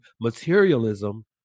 materialism